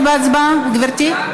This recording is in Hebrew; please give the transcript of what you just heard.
משתתפת בהצבעה, גברתי?